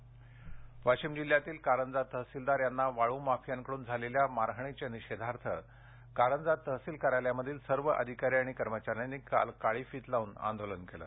आंदोलन वाशिम जिल्ह्यातील कारंजा तहसीलदार यांना वाळू माफियाकडून झालेल्या मारहाणीच्या निषेधार्थ कारंजा तहसील कार्यालयामधील सर्व अधिकारी आणि कर्मचाऱ्यांनी काल काळी फित लावून आंदोलन केलं